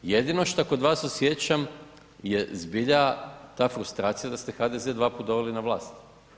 Jedino što kod vas osjećam je zbilja ta frustracija da ste HDZ dva puta doveli na vlast.